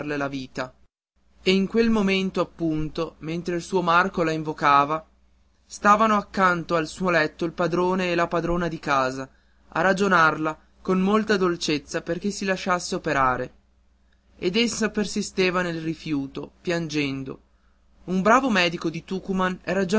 la vita e in quel momento appunto mentre il suo marco la invocava stavano accanto al suo letto il padrone e la padrona di casa a ragionarla con molta dolcezza perché si lasciasse operare ed essa persisteva nel rifiuto piangendo un bravo medico di tucuman